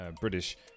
British